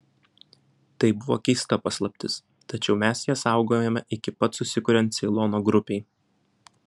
tai buvo keista paslaptis tačiau mes ją saugojome iki pat susikuriant ceilono grupei